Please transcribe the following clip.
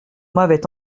m’avait